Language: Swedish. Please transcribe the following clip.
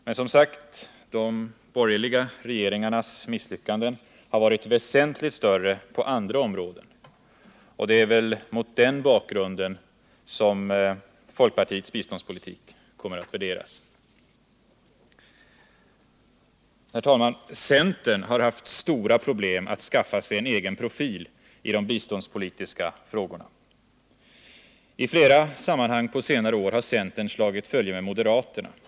Men, som sagt, de borgerliga regeringarnas misslyckanden har varit väsentligt större på andra områden, och det är väl mot den bakgrunden som folkpartiets biståndspolitik kommer att värderas. Centern har haft stora problem med att skaffa sig en egen profil i de biståndspolitiska frågorna. I flera sammanhang på senare år har centern slagit följe med moderaterna.